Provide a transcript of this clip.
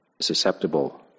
susceptible